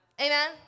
Amen